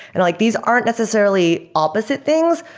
and like these aren't necessarily opposite things,